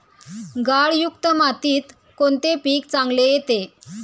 गाळयुक्त मातीत कोणते पीक चांगले येते?